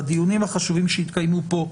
בדיונים החשובים שהתקיימו פה,